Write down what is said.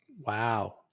Wow